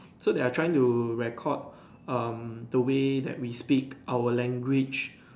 so they are trying to record um the way that we speak our language